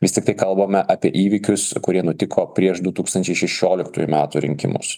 vis tiktai kalbame apie įvykius kurie nutiko prieš du tūkstančiai šešioliktųjų metų rinkimus